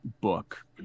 book